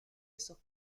esos